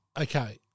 Okay